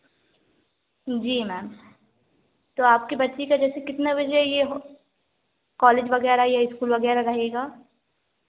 जी ma'am तो आपके बच्चे का जैसे कितने बजे ये कॉलेज वगैरह या इस्कूल वगैरह रहेगा